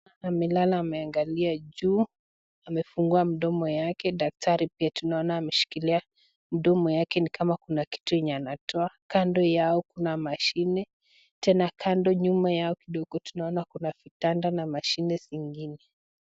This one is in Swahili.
Amelala ameangalia juu. Amefungua mdomo yake. Daktari pia tunaona ameshikilia mdomo yake ni kama kuna kitu yenye anatoa. Kando yao kuna mashine. Tena kando nyuma yao kidogo tunaona kuna vitanda na mashine zingine.